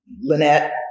Lynette